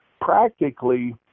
practically